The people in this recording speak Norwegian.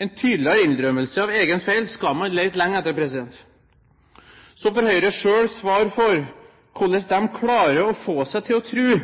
En tydeligere innrømmelse av egen feil skal man lete lenge etter. Så får Høyre selv svare for hvordan de klarer å få seg til å